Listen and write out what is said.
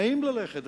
נעים ללכת.